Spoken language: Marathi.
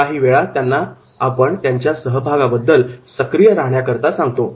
काही वेळा आपण त्यांना त्यांच्या सहभागाबद्दल सक्रिय राहण्याकरिता सांगतो